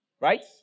Right